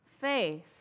faith